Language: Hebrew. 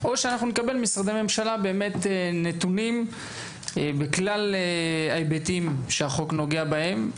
או שאנחנו נקבל ממשרדי הממשלה באמת נתונים בכלל ההיבטים שהחוק נוגע בהם,